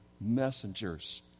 messengers